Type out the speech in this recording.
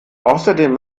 außerdem